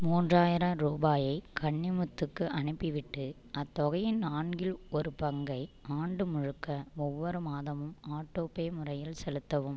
மூன்றாயிரம் ரூபாயை கன்னிமுத்துக்கு அனுப்பிவிட்டு அத்தொகையின் நான்கில் ஒரு பங்கை ஆண்டு முழுக்க ஒவ்வொரு மாதமும் ஆட்டோபே முறையில் செலுத்தவும்